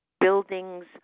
buildings